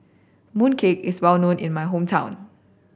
mooncake is well known in my hometown